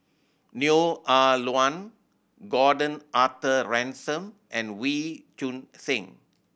Neo Ah Luan Gordon Arthur Ransome and Wee Choon Seng